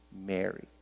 married